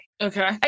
Okay